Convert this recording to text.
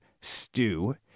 stew